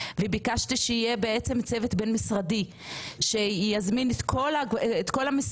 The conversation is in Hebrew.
וביקשתי שיהיה בעצם צוות בין משרדי שיזמין את כל המשרדים,